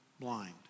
blind